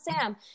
Sam